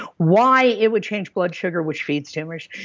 why it would change blood sugar which feeds tumors,